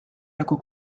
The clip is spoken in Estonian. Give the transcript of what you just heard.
nagu